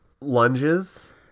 lunges